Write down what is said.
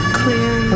clear